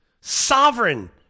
sovereign